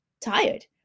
tired